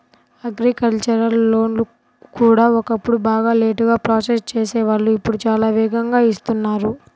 agricultural లోన్లు కూడా ఒకప్పుడు బాగా లేటుగా ప్రాసెస్ చేసేవాళ్ళు ఇప్పుడు చాలా వేగంగా ఇస్తున్నారు